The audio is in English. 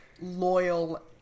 loyal